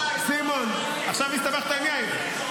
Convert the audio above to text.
סימון, עכשיו הסתבכת עם יאיר.